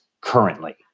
currently